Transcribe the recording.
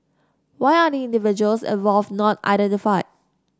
why are the individuals involved not identified